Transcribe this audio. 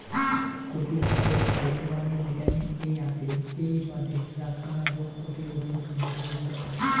কচু শাকত ফাইকবাণী ভিটামিন এ আছে এ্যাই বাদে রাতকানা রোগ প্রতিরোধত ভালে উপকার